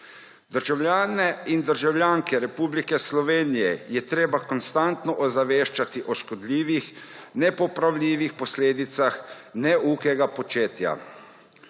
Državljane in državljanke Republike Slovenije je treba konstantno ozaveščati o škodljivih, nepopravljivih posledicah neukega početja.